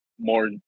more